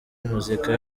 muzika